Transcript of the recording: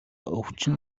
өвчин